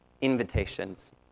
invitations